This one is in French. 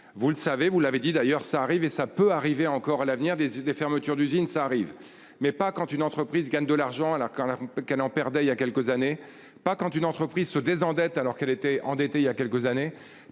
vous le savez, vous l'avez dit d'ailleurs ça arrive et ça peut arriver encore à l'avenir des, des fermetures d'usines ça arrive mais pas quand une entreprise gagne de l'argent à la quand là qu'elle en perdait. Il y a quelques années, pas quand une entreprise se désendettent alors qu'elle étaient endetté. Il y a quelques années,